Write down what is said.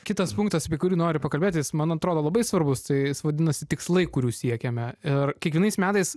kitas punktas apie kurį noriu pakalbėti jis man atrodo labai svarbus tai jis vadinasi tikslai kurių siekiame ir kiekvienais metais